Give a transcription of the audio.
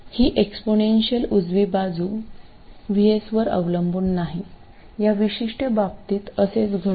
ही exponential उजवी बाजू VS वर अवलंबून नाही या विशिष्ट बाबतीत असेच घडते